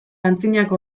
antzinako